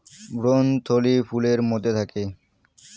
ভ্রূণথলি ফুলের মধ্যে থাকে